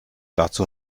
dazu